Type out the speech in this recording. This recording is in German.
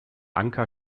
anker